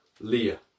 Leah